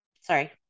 sorry